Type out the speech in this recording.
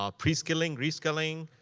um pre-skilling, re-skilling,